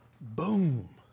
Boom